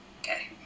Okay